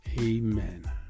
Amen